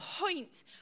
point